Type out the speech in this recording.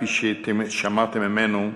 כפי ששמעתם ממנו,